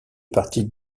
partie